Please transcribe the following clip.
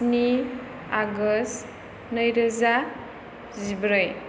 स्नि आगस्त नै रोजा जिब्रै